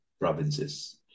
provinces